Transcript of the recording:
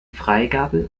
freigabe